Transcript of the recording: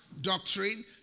Doctrine